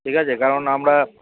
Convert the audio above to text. ঠিক আছে কারণ আমরা